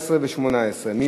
17 ו-18 כנוסח הוועדה.